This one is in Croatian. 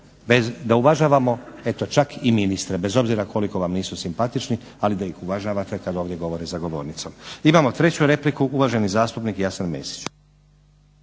da uvažamo eto čak i ministra bez obzira koliko vam nisu simpatični ali da ih uvažavate kada ovdje govore za govornicom. Imamo treću repliku uvaženi zastupnik Jasen Mesić.